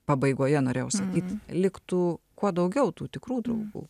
pabaigoje norėjau sakyt liktų kuo daugiau tų tikrų draugų